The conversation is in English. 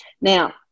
Now